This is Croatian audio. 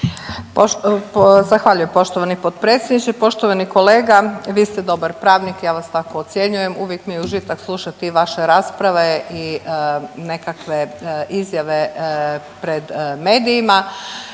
Zahvaljujem poštovani potpredsjedniče. Poštovani kolega, vi ste dobar pravnik, ja vas tako ocjenjujem. Uvijek mi je užitak slušati vaše rasprave i nekakve izjave pred medijima